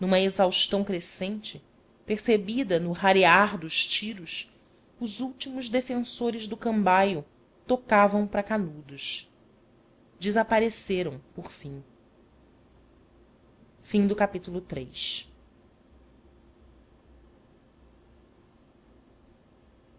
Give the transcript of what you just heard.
exaustão crescente percebida no rarear dos tiros os últimos defensores do cambaio tocavam para canudos desapareceram por fim nos